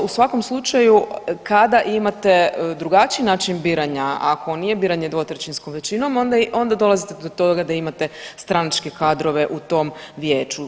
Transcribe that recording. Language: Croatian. U svakom slučaju kada imate drugačiji način biranja, ako nije biranje dvotrećinskom većinom, onda dolazite do toga da imate stranačke kadrove u tom Vijeću.